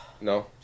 No